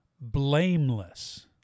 blameless